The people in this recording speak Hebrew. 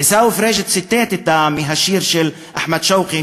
עיסאווי פריג' ציטט מהשיר של אחמד שאוקי,